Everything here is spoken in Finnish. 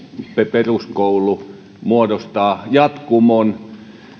peruskoulu muodostavat jatkumon